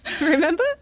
Remember